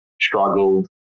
struggled